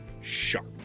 sharp